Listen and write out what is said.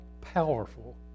powerful